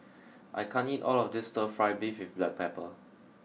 I can't eat all of this stir fry beef with black pepper